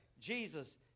Jesus